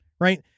right